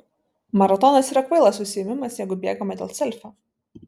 maratonas yra kvailas užsiėmimas jeigu bėgama dėl selfio